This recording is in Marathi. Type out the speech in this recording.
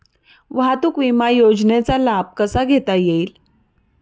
वाहतूक विमा योजनेचा लाभ कसा घेता येईल?